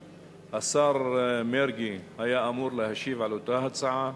השר מרגי היה אמור להשיב גם על אותה הצעה,